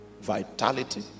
vitality